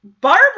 Barbara